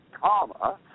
comma